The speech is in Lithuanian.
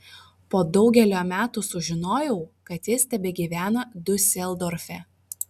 po daugelio metų sužinojau kad jis tebegyvena diuseldorfe